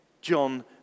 John